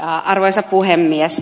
arvoisa puhemies